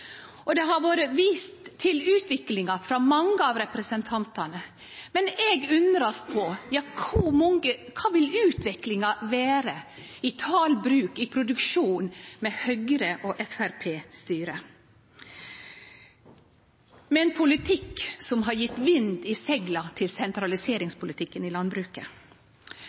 Nord-Noreg. Det har vore vist til utviklinga frå mange av representantane. Men eg undrast på kva som vil vere utviklinga i talet på bruk i produksjon med Høgre- og Framstegsparti-styre og ein politikk som har gjeve vind i segla til sentraliseringspolitikken i landbruket.